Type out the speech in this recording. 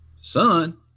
Son